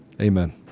amen